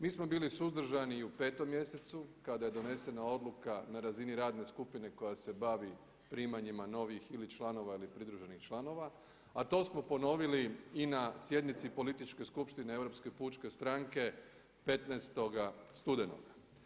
Mi smo bili suzdržani i u 5. mjesecu kada je donesena odluka na razini radne skupine koja se bavi primanjima novih ili članova ili pridruženih članova, a to smo ponovili i na sjednici političke skupštine Europske pučke stranke 15. studenog.